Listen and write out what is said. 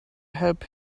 help